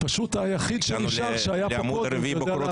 היחיד שנשאר ויודע לעבוד.